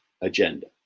agenda